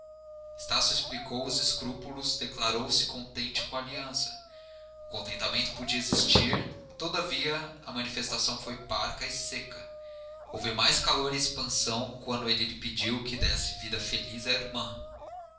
estácio explicou os escrúpulos declarou se contente com a aliança o contentamento podia existir todavia a manifestação foi parca e seca houve mais calor e expansão quando ele lhe pediu que desse vida feliz à irmã